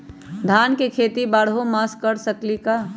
धान के खेती बारहों मास कर सकीले का?